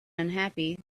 unhappy